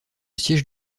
siège